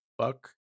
fuck